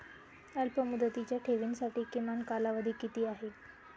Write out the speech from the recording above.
अल्पमुदतीच्या ठेवींसाठी किमान कालावधी किती आहे?